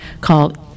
called